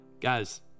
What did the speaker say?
Guys